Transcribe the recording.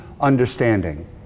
understanding